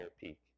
peak